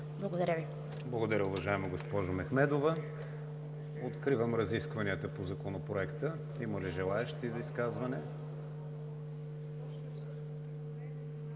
ВИГЕНИН: Благодаря, уважаема госпожо Мехмедова. Откривам разискванията по Законопроекта. Има ли желаещи за изказване?